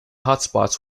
hotspots